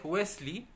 Wesley